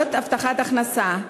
שמקבלות הבטחת הכנסה.